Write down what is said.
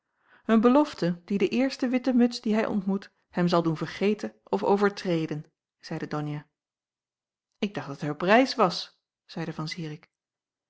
een belofte die de eerste witte muts die hij ontmoet hem zal doen vergeten of overtreden zeide donia ik dacht dat hij op reis was zeide van